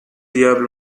diable